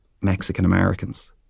Mexican-Americans